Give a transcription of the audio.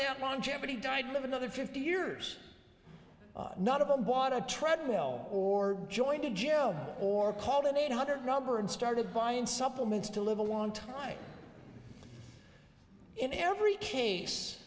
that longevity died live another fifty years none of them bought a treadmill or joined a gym or called an eight hundred number and started buying supplements to live a long time in every case